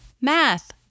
math